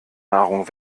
nahrung